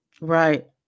Right